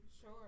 Sure